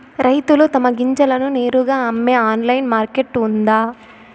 రైతులు తమ గింజలను నేరుగా అమ్మే ఆన్లైన్ మార్కెట్ ఉందా?